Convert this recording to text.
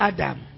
Adam